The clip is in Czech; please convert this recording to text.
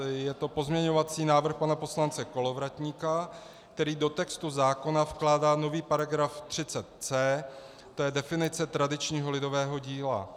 Je to pozměňovací návrh pana poslance Kolovratníka, který do textu zákona vkládá nový § 30c, to je definice tradičního lidového díla.